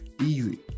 Easy